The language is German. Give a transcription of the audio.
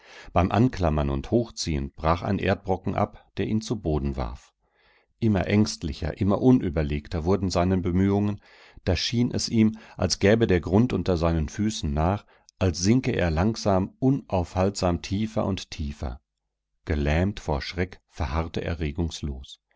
beim anklammern und hochziehen brach ein erdbrocken ab der ihn zu boden warf immer ängstlicher immer unüberlegter wurden seine bemühungen da schien es ihm als gäbe der grund unter seinen füßen nach als sinke er langsam unaufhaltsam tiefer und tiefer gelähmt vor schreck verharrte er regungslos